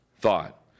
thought